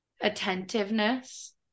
attentiveness